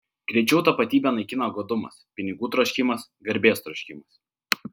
greičiau tapatybę naikina godumas pinigų troškimas garbės troškimas